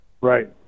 Right